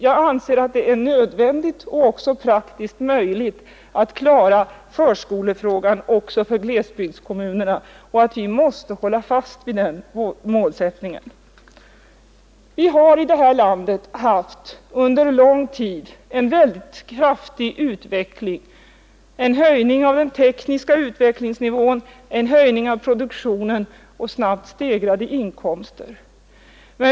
Jag anser att det är nödvändigt och även praktiskt möjligt att klara förskolefrågan också för glesbygdskommunerna och att vi måste håll fast vid den målsättningen. Vi har i detta land under lång tid haft en väldigt kraftig utveckling — en höjning av den tekniska utvecklingsnivån, en höjning av produktionen och snabbt stegrade inkomster.